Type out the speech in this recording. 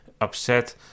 upset